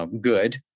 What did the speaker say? good